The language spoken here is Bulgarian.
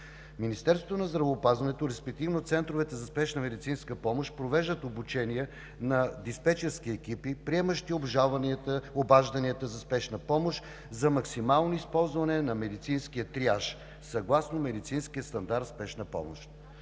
Министерството на здравеопазването, респективно центровете за спешна медицинска помощ, провеждат обучение на диспечерски екипи, приемащи обажданията за спешна помощ, за максимално използване на медицинския триаж съгласно медицинския стандарт „Спешна помощ“.